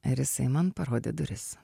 ir jisai man parodė duris